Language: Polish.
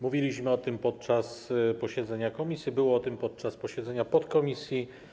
Mówiliśmy o tym podczas posiedzenia komisji, była o tym mowa podczas posiedzenia podkomisji.